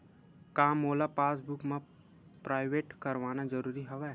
का मोला पासबुक म प्रविष्ट करवाना ज़रूरी हवय?